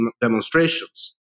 demonstrations